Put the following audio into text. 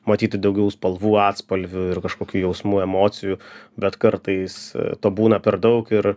matyti daugiau spalvų atspalvių ir kažkokių jausmų emocijų bet kartais to būna per daug ir